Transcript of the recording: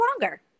longer